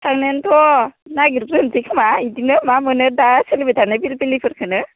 थांनायानोथ' नायगिरग्रोसै खोमा बिदिनो मा मोनो दा सोलिबाय थानाय पिलि पिलिफोरखौनो